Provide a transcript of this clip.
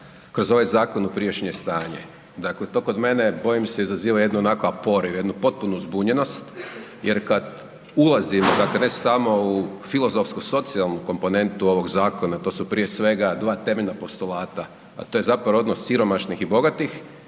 kroz ovaj zakon u prijašnje stanje. Dakle, to kod mene, bojim se, izaziva jednu onako .../Govornik se ne razumije./... , jednu potpunu zbunjenost. Jer kad ulazimo, dakle ne samo u filozofsko-socijalnu komponentu ovog zakona, to su prije svega dva temeljna postolata, a to je zapravo odnos siromašnih i bogatih